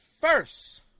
first